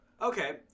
Okay